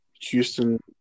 Houston